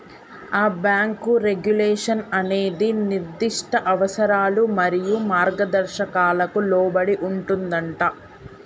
ఆ bank regulation అనేది నిర్దిష్ట అవసరాలు మరియు మార్గదర్శకాలకు లోబడి ఉంటుందంటా